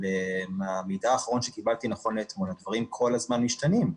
אבל מהמידע האחרון שקיבלתי נכון לאתמול הדברים כל הזמן משתנים.